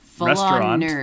restaurant